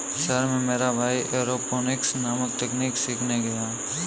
शहर में मेरा भाई एरोपोनिक्स नामक तकनीक सीखने गया है